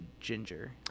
ginger